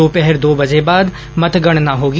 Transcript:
दोपहर दो बजे बाद मतगणना होगी